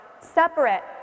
separate